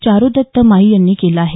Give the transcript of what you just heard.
चारूदत्त मायी यांनी केलं आहे